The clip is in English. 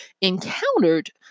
encountered